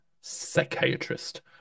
psychiatrist